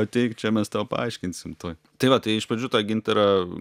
ateik čia mes tau paaiškinsim tuoj tai va tai iš pradžių tą gintarą